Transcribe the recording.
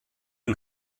yng